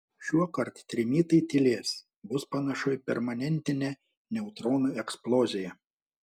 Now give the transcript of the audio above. šiuokart trimitai tylės bus panašu į permanentinę neutronų eksploziją